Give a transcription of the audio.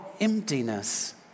emptiness